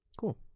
Cool